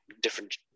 different